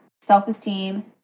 self-esteem